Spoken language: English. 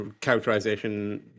characterization